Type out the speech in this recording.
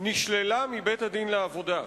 נשללה מבית-הדין לעבודה.